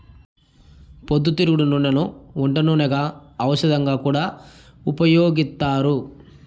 పొద్దుతిరుగుడు నూనెను వంట నూనెగా, ఔషధంగా కూడా ఉపయోగిత్తారు